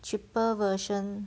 cheaper version